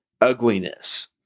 ugliness